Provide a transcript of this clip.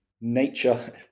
Nature